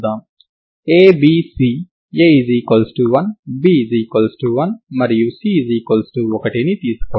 A B C A1 B1 మరియు C1 ను తీసుకోండి